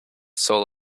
soul